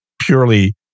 purely